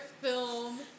film